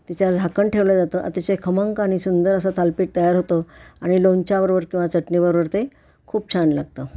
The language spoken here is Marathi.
तिच्यावर झाकण ठेवलं जातं अतिशय खमंग आणि सुंदर असं थालीपीठ तयार होतं आणि लोणच्याबरोबर किंवा चटणीबरोबर ते खूप छान लागतं